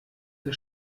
der